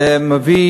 זה מביא